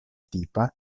tipa